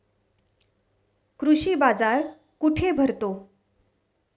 कृषी बाजार कुठे भरतो?